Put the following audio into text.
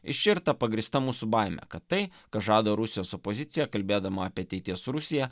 iš čia ir ta pagrįsta mūsų baimė kad tai ką žada rusijos opozicija kalbėdama apie ateities rusiją